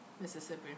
Mississippi